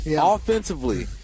offensively